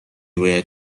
باید